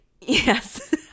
Yes